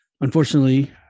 Unfortunately